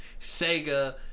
sega